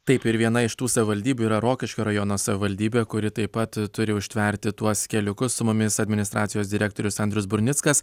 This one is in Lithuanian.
taip ir viena iš tų savivaldybių yra rokiškio rajono savivaldybė kuri taip pat turi užtverti tuos keliukus su mumis administracijos direktorius andrius burnickas